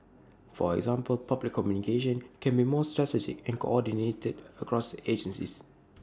for example public communication can be more strategic and coordinated across agencies